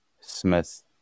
Smith